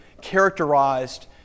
characterized